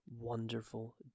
wonderful